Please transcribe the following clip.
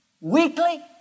weekly